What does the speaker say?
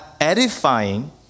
edifying